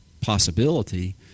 possibility